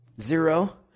Zero